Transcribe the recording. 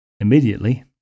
Immediately